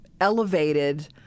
elevated